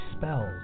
spells